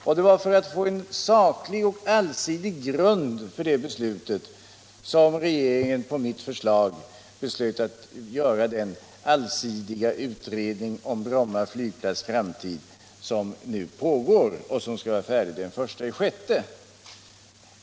Och det var för att få en saklig och allsidig grund för det beslutet som regeringen på mitt förslag beslöt göra den allsidiga utredning om Bromma flygplats framtid som nu pågår och som skall vara färdig den 1 juni.